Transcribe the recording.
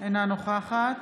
אינה נוכחת